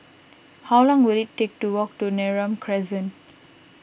how long will it take to walk to Neram Crescent